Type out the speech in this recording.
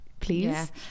please